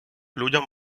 людям